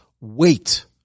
wait